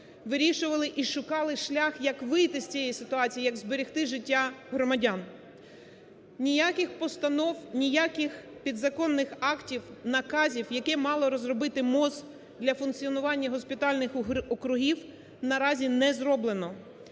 вирішували і шукали шлях, як вийти з цієї ситуації, як зберегти життя громадян. Ніяких постанов, ніяких підзаконних актів наказів, які мало розробити МОЗ для функціонування госпітальних округів наразі не зроблено.